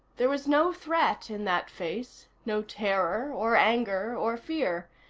there was no threat in that face, no terror or anger or fear.